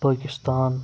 Pakistan